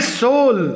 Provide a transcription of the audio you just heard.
soul